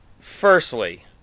Firstly